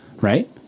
right